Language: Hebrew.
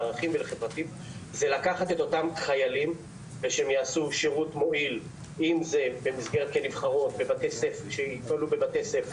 שאותם חיילים ישרתו שירות מועיל בבתי ספר.